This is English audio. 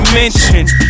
mentioned